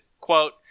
quote